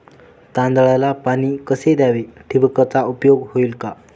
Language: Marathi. तांदळाला पाणी कसे द्यावे? ठिबकचा उपयोग होईल का?